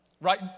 right